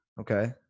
Okay